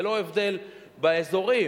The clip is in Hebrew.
ללא הבדל באזורים.